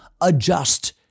adjust